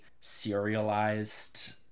serialized